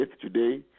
today